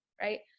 right